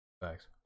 Thanks